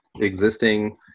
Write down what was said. existing